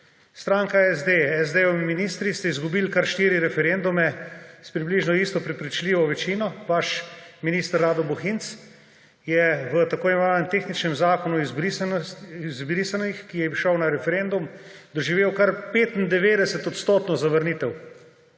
Stranka SD, SD-jevi ministri ste izgubili kar štiri referendume s približno isto prepričljivo večino. Vaš minister Rado Bohinc je v tako imenovanem tehničnem zakonu o izbrisanih, ki je šel na referendum, doživel kar 95-odstotno zavrnitev.